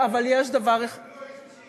אבל יש דבר אחד, שאלה.